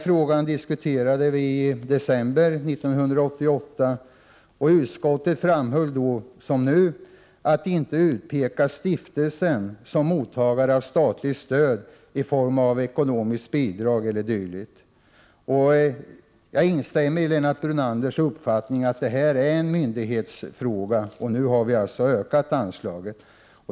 Frågan diskuterades i december 1988, och utskottet framhöll då som nu att vi inte bör utpeka stiftelsen som mottagare av statligt stöd i form av ekonomiskt bidrag e.d. Jag instämmer i Lennart Brunanders uppfattning att detta är en myndighetsfråga, och nu har vi alltså ökat anslaget.